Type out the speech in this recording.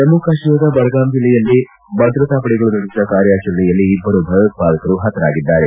ಜಮ್ನು ಕಾಶ್ವೀರದ ಬಡಗಾಮ್ ಜಿಲ್ಲೆಯಲ್ಲಿ ಭದ್ರತಾ ಪಡೆಗಳು ನಡೆಸಿದ ಕಾರ್ಯಾಚರಣೆಯಲ್ಲಿ ಇಬ್ಬರು ಭಯೋತ್ಪಾದಕರು ಹತರಾಗಿದ್ದಾರೆ